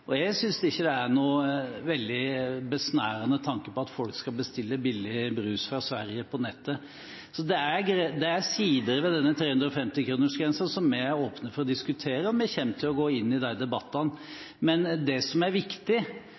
Jeg synes ikke det er noen veldig besnærende tanke at folk skal bestille billig brus fra Sverige på nettet, så det er sider ved denne 350-kronersgrensen vi er åpne for å diskutere, og vi kommer til å gå inn i de debattene. Det som er viktig,